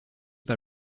pas